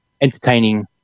entertaining